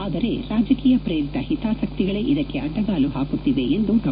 ಆದರೆ ರಾಜಕೀಯ ಪ್ರೇರಿತ ಹಿತಾಸಕ್ತಿಗಳೇ ಇದಕ್ಕೆ ಅಡ್ಡಗಾಲು ಹಾಕುತ್ತಿವೆ ಎಂದು ಡಾ